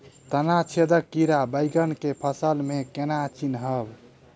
तना छेदक कीड़ा बैंगन केँ फसल म केना चिनहब?